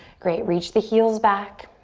great, reach the heels back.